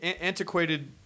antiquated